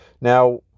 Now